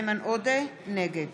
נגד